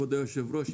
כבוד יושב הראש,